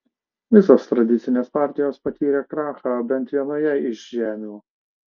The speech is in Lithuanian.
visos tradicinės partijos patyrė krachą bent vienoje iš žemių